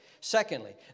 Secondly